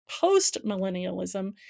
post-millennialism